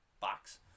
box